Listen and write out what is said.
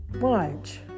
Watch